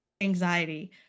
anxiety